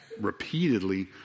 repeatedly